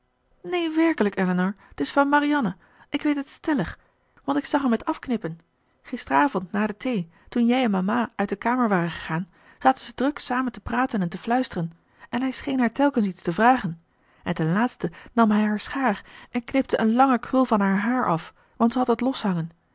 neen werkelijk elinor t is van marianne ik weet het stellig want ik zag hem het afknippen gisterenavond na de thee toen jij en mama uit de kamer waren gegaan zaten ze druk samen te praten en te fluisteren en hij scheen haar telkens iets te vragen en ten laatste nam hij haar schaar en knipte een lange krul van haar haar af want ze had het loshangen